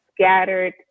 scattered